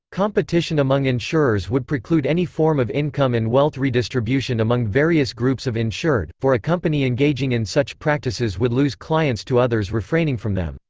competition among insurers would preclude any form of income and wealth redistribution among various groups of insured, for a company engaging in such practices would lose clients to others refraining from them.